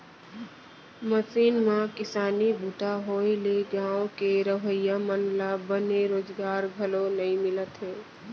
machine म किसानी बूता होए ले गॉंव के रहवइया मन ल बने रोजगार घलौ नइ मिलत हे